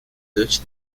dutch